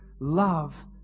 love